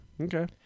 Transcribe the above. Okay